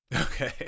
okay